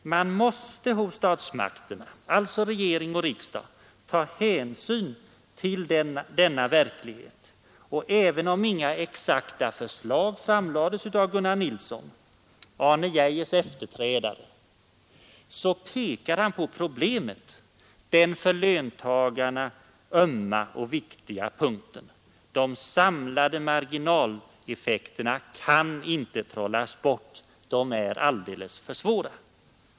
Statsmakterna, alltså regering och riksdag, måste ta hänsyn till denna verklighet. Även om inga exakta förslag framlades av Gunnar Nilsson — Arne Geijers efterträdare — pekade han på den för löntagarna ömma och viktiga punkten: de samlade marginaleffekterna kan inte trollas bort; de är alldeles för svåra.